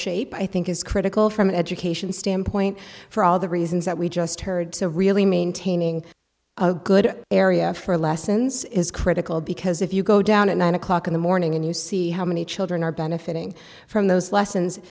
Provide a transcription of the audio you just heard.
shape i think is critical from an education standpoint for all the reasons that we just heard so really maintaining a good area for lessons is critical because if you go down at nine o'clock in the morning and you see how many children are benefiting from those lessons